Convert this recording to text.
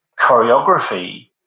choreography